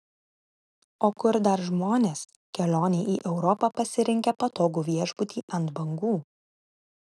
o kur dar žmonės kelionei į europą pasirinkę patogų viešbutį ant bangų